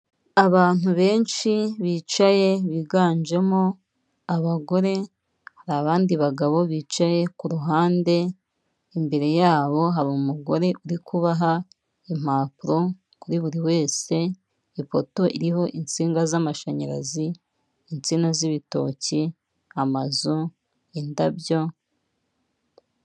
Abantu benshi bicaye biganjemo abagore abandi bagabo bicaye kuruhande imbere yabo hari umugore uri kubaha impapuro kuri buri wese, ipoto iriho insinga z'amashanyarazi insina z'ibitoki amazu indabyo.